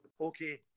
Okay